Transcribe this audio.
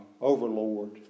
Overlord